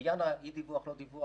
לעניין אי דיווח או לא דיווח,